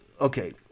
okay